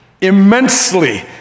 immensely